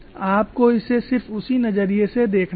आपको इसे सिर्फ उसी नजरिए से देखना होगा